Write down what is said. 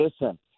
listen